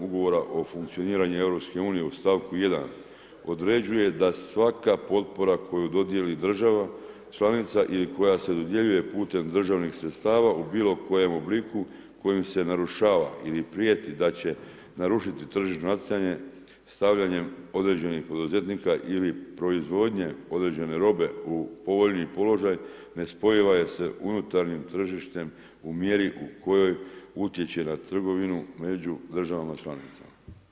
Ugovora o funkcioniranju EU u stavku 1. određuje da svaka potpora koju dodijeli država članica ili koja se dodjeljuje putem državnih sredstva u bilo kojem obliku kojima se narušava ili prijeti da će narušiti tržišno natjecanje stavljanjem određenih poduzetnika ili proizvodnje određene robe u povoljniji položaj nespojiva je sa unutarnjim tržištem u mjeri u kojoj utječe na trgovinu među državama članicama.